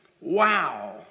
Wow